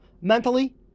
mentally